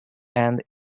and